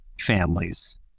families